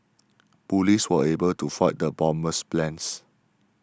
police were able to foil the bomber's plans